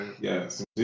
Yes